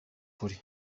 ukuri